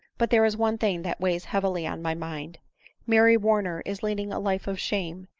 but there is one thing that weighs heavily on my mind mary warner is leading a life of shame,